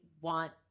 want